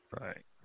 Right